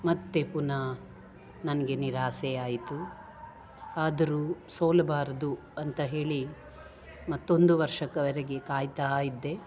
ಮತ್ತು ಪುನಃ ನನಗೆ ನಿರಾಸೆಯಾಯಿತು ಆದರೂ ಸೋಲಬಾರದು ಅಂತ ಹೇಳಿ ಮತ್ತೊಂದು ವರ್ಷಕವರೆಗೆ ಕಾಯ್ತಾ ಇದ್ದೆ